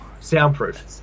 soundproof